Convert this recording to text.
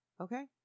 okay